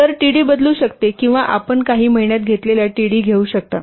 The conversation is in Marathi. तर td बदलू शकते किंवा आपण काही महिन्यांत घेतलेल्या td घेऊ शकता